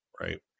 right